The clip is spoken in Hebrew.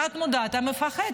בתת-מודע אתה מפחד,